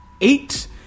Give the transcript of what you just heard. eight